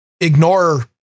ignore